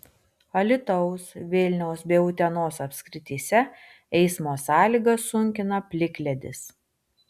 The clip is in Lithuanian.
alytaus vilniaus bei utenos apskrityse eismo sąlygas sunkina plikledis